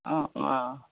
অ' অ'